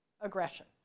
aggression